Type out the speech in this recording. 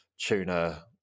tuna